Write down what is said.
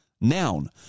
Noun